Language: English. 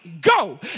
go